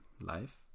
life